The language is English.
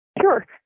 Sure